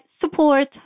support